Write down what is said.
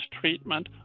treatment